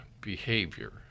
behavior